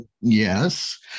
Yes